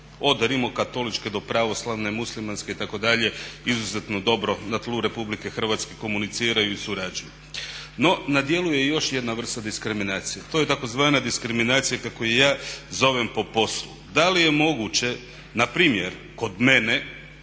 od rimokatoličke do pravoslavne, muslimanske itd. izuzetno dobro na tlu RH komuniciraju i surađuju. No na djelu je još jedna vrsta diskriminacije, to je tzv. diskriminacija kako je ja zovem po poslu. Da li je moguće npr. kod mene